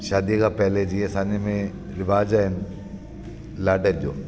शादीअ खां पहिरियों जीअं असांजे में रिवाज़ आहिनि लाॾनि जो